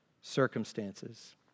circumstances